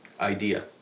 idea